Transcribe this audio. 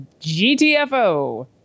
GTFO